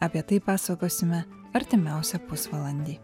apie tai pasakosime artimiausią pusvalandį